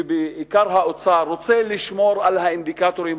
ובעיקר האוצר רוצה לשמור על האינדיקטורים